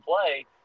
play